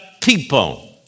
people